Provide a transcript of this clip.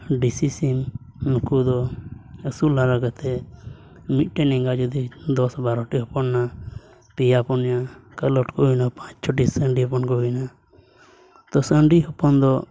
ᱫᱮᱥᱤ ᱥᱤᱢ ᱱᱩᱠᱩ ᱫᱚ ᱟᱹᱥᱩᱞ ᱞᱟᱜᱟ ᱠᱟᱛᱮ ᱢᱤᱫᱴᱮᱱ ᱮᱸᱜᱟ ᱡᱩᱫᱤ ᱫᱚᱥ ᱵᱟᱨᱳᱴᱤ ᱦᱚᱯᱚᱱᱮ ᱯᱮᱭᱟ ᱯᱩᱱᱭᱟᱹ ᱠᱟᱞᱚᱴ ᱠᱚ ᱵᱮᱱᱟᱜᱼᱟ ᱯᱟᱸᱪ ᱪᱷᱚᱴᱤ ᱥᱟᱺᱰᱤ ᱦᱚᱯᱚᱱ ᱠᱚ ᱵᱮᱱᱟᱜᱼᱟ ᱛᱚ ᱥᱟᱺᱰᱤ ᱦᱚᱯᱚᱱ ᱫᱚ